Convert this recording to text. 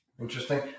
Interesting